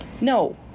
No